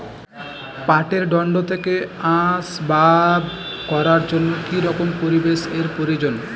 পাটের দণ্ড থেকে আসবাব করার জন্য কি রকম পরিবেশ এর প্রয়োজন?